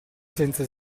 senza